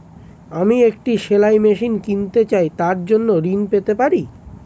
আমি একটি সেলাই মেশিন কিনতে চাই তার জন্য ঋণ পেতে পারি?